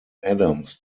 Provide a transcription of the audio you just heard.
addams